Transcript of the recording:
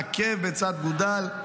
עקב בצד אגודל,